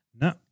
no